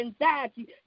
anxiety